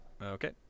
Okay